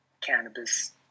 cannabis